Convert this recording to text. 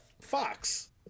Fox